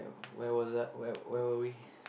where was I where where were we